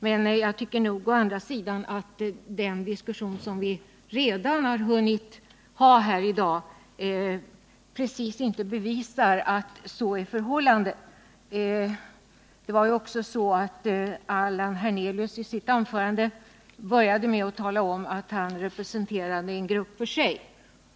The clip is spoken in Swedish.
Men jag tycker nog å andra sidan att den diskussion som vi redan har hunnit ha här i dag inte precis bevisar att så är förhållandet. Allan Hernelius började ju också sitt anförande med att tala om att han representerade en grupp för sig.